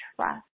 trust